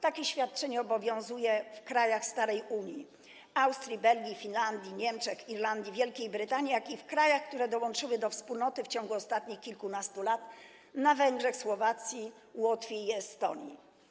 Takie świadczenie obowiązuje zarówno w krajach starej Unii: Austrii, Belgii, Finlandii, Niemczech, Irlandii, Wielkiej Brytanii, jak i w krajach, które dołączyły do Wspólnoty w ciągu ostatnich kilkunastu lat: na Węgrzech, Słowacji, Łotwie i w Estonii.